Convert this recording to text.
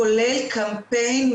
כולל קמפיין,